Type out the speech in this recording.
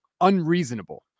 unreasonable